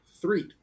three